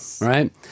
right